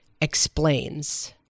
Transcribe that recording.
Explains